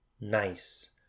Nice